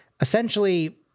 essentially